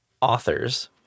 authors